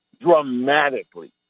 dramatically